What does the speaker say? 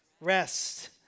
Rest